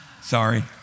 Sorry